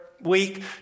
week